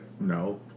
no